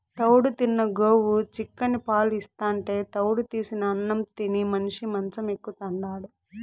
తౌడు తిన్న గోవు చిక్కని పాలు ఇస్తాంటే తౌడు తీసిన అన్నం తిని మనిషి మంచం ఎక్కుతాండాడు